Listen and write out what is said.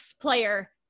player